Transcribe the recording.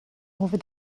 over